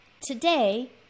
today